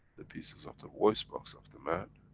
the pieces of the voice box of the man,